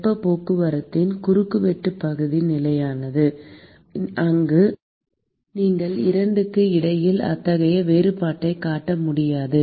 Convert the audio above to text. வெப்பப் போக்குவரத்தின் குறுக்குவெட்டுப் பகுதி நிலையானது அங்கு நீங்கள் 2 க்கு இடையில் அத்தகைய வேறுபாட்டைக் காட்ட முடியாது